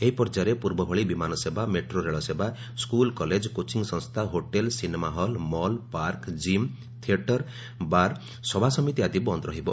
ଏହି ପର୍ଯ୍ୟାୟରେ ପୂର୍ବଭଳି ବିମାନସେବା ମେଟ୍ରୋ ରେଳ ସେବା ସ୍କୁଲ୍ କଲେକ୍ କୋଚିଂ ସଂସ୍ଚା hotel cinema hall mall park gym theatre bar ସଭାସମିତି ଆଦି ବନ୍ଦ ରହିବ